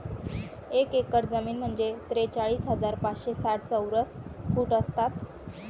एक एकर जमीन म्हणजे त्रेचाळीस हजार पाचशे साठ चौरस फूट असतात